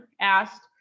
asked